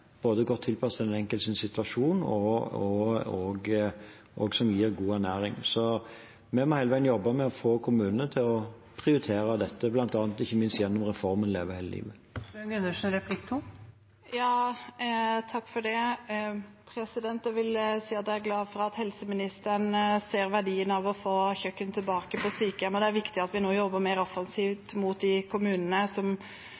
godt tilpasset den enkeltes situasjon, og som gir god ernæring. Vi må hele veien jobbe med å få kommunene til å prioritere dette, ikke minst gjennom reformen Leve hele livet. Jeg er glad for at helseministeren ser verdien av å få kjøkken tilbake på sykehjem. Det er viktig at vi nå jobber mer offensivt mot de kommunene som